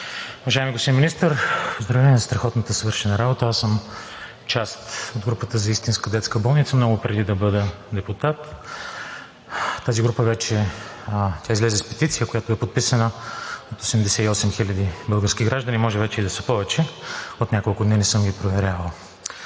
Уважаеми господин Министър, поздравления за страхотно свършената работа! Аз съм част от групата за истинска детска болница много преди да бъда депутат. Тази група вече излезе с петиция, която е подписана от 88 хиляди български граждани, а може вече и да са повече, от няколко дни не съм ги проверявал.